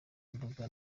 mbuga